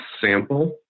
sample